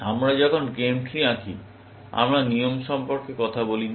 আমরা যখন game tree আঁকি আমরা নিয়ম সম্পর্কে কথা বলি না